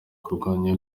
kurwanya